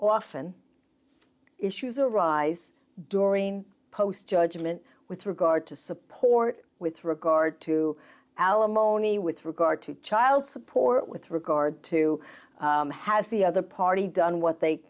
often issues arise during post judgment with regard to support with regard to alimony with regard to child support with regard to has the other party done what they